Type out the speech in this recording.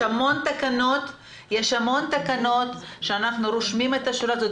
יש המון תקנות שבהן אנחנו כותבים את השורה הזאת.